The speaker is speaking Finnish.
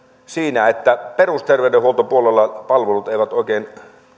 siinä että perusterveydenhuoltopuolella palvelut eivät oikein